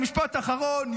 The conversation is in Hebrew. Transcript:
משפט אחרון,